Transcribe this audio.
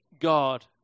God